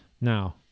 Now